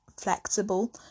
flexible